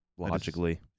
Logically